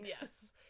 Yes